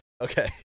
Okay